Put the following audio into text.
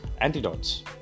antidotes